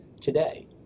today